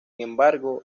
embargo